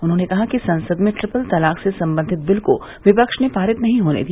उन्होंने कहा कि संसद में ट्रिपल तलाक से संबंधित बिल को विपक्ष ने पारित नहीं होने दिया